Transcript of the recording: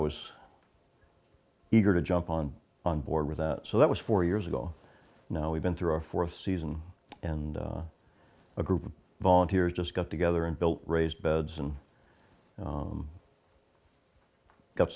was eager to jump on on board with that so that was four years ago now we've been through a fourth season and a group of volunteers just got together and built raised beds and